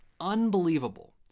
unbelievable